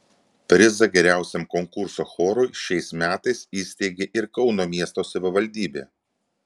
prizą geriausiam konkurso chorui šiais metais įsteigė ir kauno miesto savivaldybė